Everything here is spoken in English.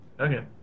Okay